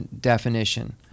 definition